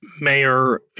Mayor